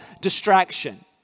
distraction